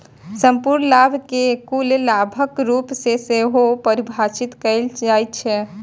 संपूर्ण लाभ कें कुल लाभक रूप मे सेहो परिभाषित कैल जाइ छै